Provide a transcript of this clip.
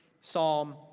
Psalm